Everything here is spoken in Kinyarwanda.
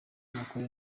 mukore